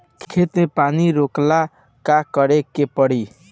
खेत मे पानी रोकेला का करे के परी?